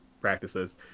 practices